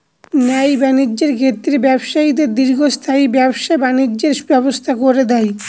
ন্যায় বাণিজ্যের ক্ষেত্রে ব্যবসায়ীদের দীর্ঘস্থায়ী ব্যবসা বাণিজ্যের ব্যবস্থা করে দেয়